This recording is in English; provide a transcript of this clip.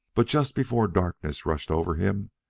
but just before darkness rushed over him,